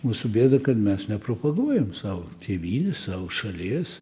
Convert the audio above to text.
mūsų bėda kad mes nepropaguojam savo tėvynės savo šalies